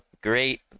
Great